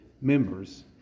members